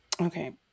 Okay